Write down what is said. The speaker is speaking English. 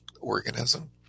organism